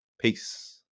Peace